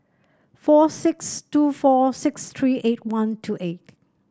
four six two four six three eight one two eight